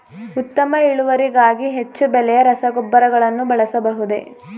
ಉತ್ತಮ ಇಳುವರಿಗಾಗಿ ಹೆಚ್ಚು ಬೆಲೆಯ ರಸಗೊಬ್ಬರಗಳನ್ನು ಬಳಸಬಹುದೇ?